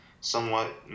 somewhat